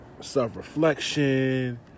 self-reflection